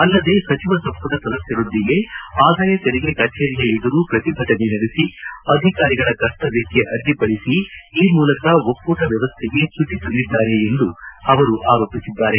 ಅಲ್ಲದೆ ಸಚಿವ ಸಂಪುಟ ಸದಸ್ಕರೊಂದಿಗೆ ಆದಾಯ ತೆರಿಗೆ ಕಚೇರಿಯ ಎದುರು ಪ್ರತಿಭಟನೆ ನಡೆಬ ಅಧಿಕಾರಿಗಳ ಕರ್ತವ್ಚಕ್ಕೆ ಅಡ್ಡಿ ಪಡಿಸಿ ಈ ಮೂಲಕ ಒಕ್ಕೂಟ ವ್ಚವಸ್ಥೆಗೆ ಚ್ಚುತಿ ತಂದಿದ್ದಾರೆ ಎಂದು ಅವರು ಆರೋಪಿಸಿದ್ದಾರೆ